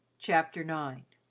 chapter nine